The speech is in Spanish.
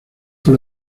fue